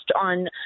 on